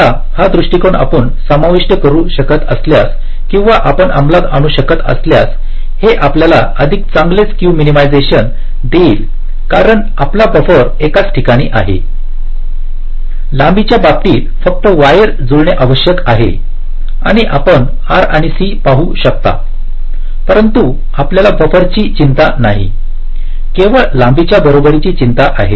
आता हा दृष्टीकोन आपण समाविष्ट करू शकत असल्यास किंवा आपण अंमलात आणू शकत असल्यास हे आपल्याला अधिक चांगले स्क्यू मिनीमायझेशन देईल कारण आपला बफर एकाच ठिकाणी आहे लांबीच्या बाबतीत फक्त वायर जुळणे आवश्यक आहे आणि आपण R आणि C पाहू शकता परंतु आपल्याला बफरची चिंता नाही केवळ लांबीच्या बरोबरीची चिंता आहे